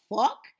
fuck